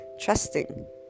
trusting